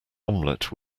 omelette